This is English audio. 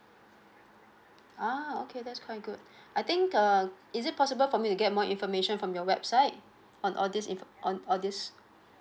!ah! okay that's quite good I think err is it possible for me to get more information from your website on all these info~ on all this